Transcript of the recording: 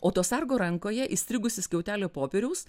o to sargo rankoje įstrigusi skiautelė popieriaus